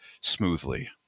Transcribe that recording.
smoothly